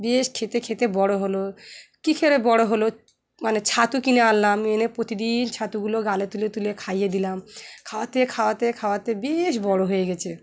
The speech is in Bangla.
বেশ খেতে খেতে বড়ো হলো কী খেয়ে বড়ো হলো মানে ছাতু কিনে আনলাম এনে প্রতিদিন ছাতুগুলো গালে তুলে তুলে খাইয়ে দিলাম খাওয়াতে খাওয়াতে খাওয়াতে বেশ বড়ো হয়ে গেছে